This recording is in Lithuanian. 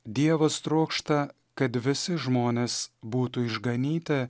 dievas trokšta kad visi žmonės būtų išganyti